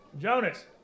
Jonas